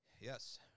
Yes